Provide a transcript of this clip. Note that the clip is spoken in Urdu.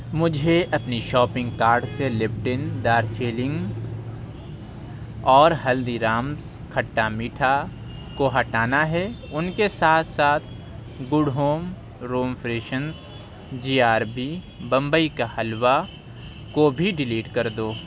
مجھے اپنی شاپنگ کارٹ سے لپٹن دارجیلنگ اور ہلدی رامز کھٹا میٹھا کو ہٹانا ہے ان کے ساتھ ساتھ good home room freshness G R B Bombay کا حلوہ کو بھی ڈیلیٹ کر دو